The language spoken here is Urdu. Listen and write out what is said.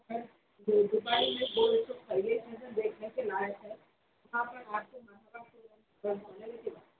دیکھنے کے لائق ہے